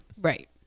right